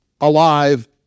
alive